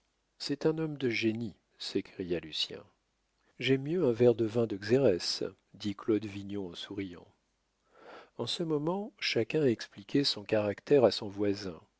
c'est un homme de génie s'écria lucien j'aime mieux un verre de vin de xérès dit claude vignon en souriant en ce moment chacun expliquait son caractère à son voisin